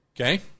Okay